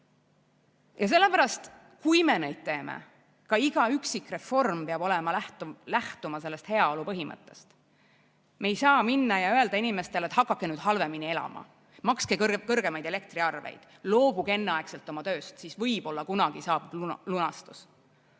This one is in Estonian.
teeme. Ja kui me neid teeme, siis peab ka iga üksikreform lähtuma heaolu põhimõttest. Me ei saa minna ja öelda inimestele, et hakake nüüd halvemini elama, makske suuremaid elektriarveid, loobuge enneaegselt oma tööst, siis võib-olla kunagi saabub lunastus.